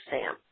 Sam